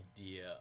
idea